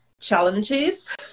challenges